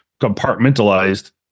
compartmentalized